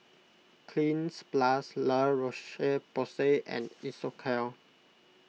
Cleanz Plus La Roche Porsay and Isocal